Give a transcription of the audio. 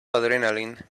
adrenaline